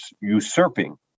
usurping